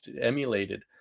emulated